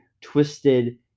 twisted